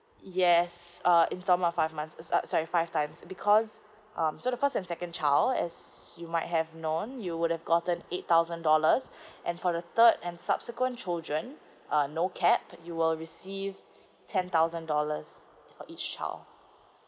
yes uh installment of five months eh uh sorry five times because um so the first and second child as you might have known you would have gotten eight thousand dollars and for the third and subsequent children uh no cap you will receive ten thousand dollars for each child